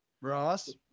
Ross